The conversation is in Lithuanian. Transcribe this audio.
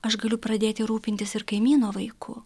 aš galiu pradėti rūpintis ir kaimyno vaiku